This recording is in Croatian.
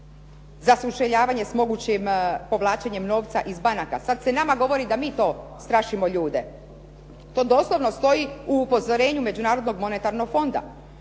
za sučeljavanje s mogućim povlačenjem novca iz banaka. Sada se nama govori da mi to strašimo ljude. To doslovno stoji u upozorenju Međunarodnog monetarnog fonda.